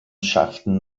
schafften